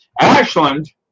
Ashland